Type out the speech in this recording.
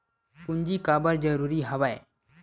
पूंजी काबर जरूरी हवय?